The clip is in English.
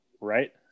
Right